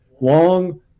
long